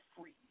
free